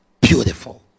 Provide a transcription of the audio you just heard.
Beautiful